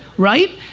right?